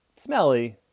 smelly